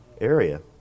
area